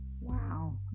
wow